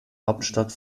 hauptstadt